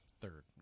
Third